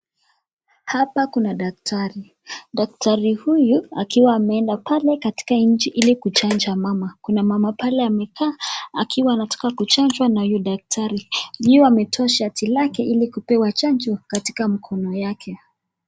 Hapa kuna daktari. Daktari huyu akiwa ameenda pale katika nchi ili kuchanja mama. Kuna mama pale amekaa akiwa anataka kuchanjwa na huyu daktari. Ndio ametoa shati lake ili kupewa chanjo katika mkono yake.